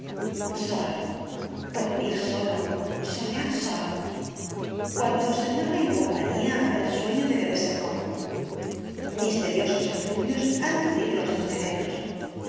solo dormir solo soñar solo cuando se duerme en compañía el sueño debe de ser común misteriosos efluvios han de unir los dos cerebros o